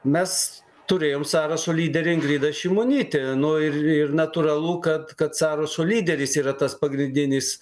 mes turėjom sąrašo lyderį ingridą šimonytę nu ir ir natūralu kad kad sąrašo lyderis yra tas pagrindinis